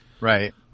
Right